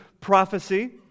prophecy